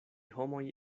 homoj